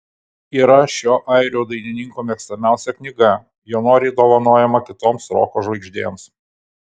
yra šio airių dainininko mėgstamiausia knyga jo noriai dovanojama kitoms roko žvaigždėms